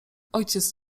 ojciec